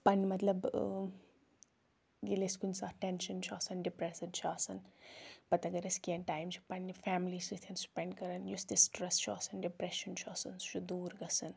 پَننہِ مطلب ٲں ییٚلہِ اسہِ کُنہِ ساتہٕ ٹیٚنشَن چھُ آسان ڈِپرٛیٚسٕڈ چھِ آسان پَتہٕ اگر أسۍ کیٚنٛہہ ٹایِم چھِ پننہِ فیملی سۭتٮۍ سپیٚنٛڈ کَران یُس تہِ سٹرٛیٚس چھُ آسان ڈِپرٛیٚشَن چھُ آسان سُہ چھُ دوٗر گَژھان